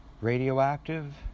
radioactive